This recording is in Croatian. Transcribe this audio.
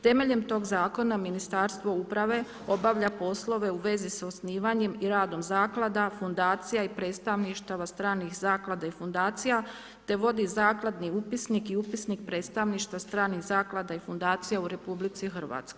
Temeljem tog zakona Ministarstvo uprave obalja poslove u vezi s osnivanjem i radom zaklada, fundacija i predstavništava stranih zaklada i fundacija te vodi zakladni upisnik u upisnik predstavništva stranih zaklada i fundacija u RH.